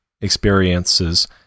experiences